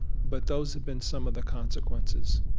but those have been some of the consequences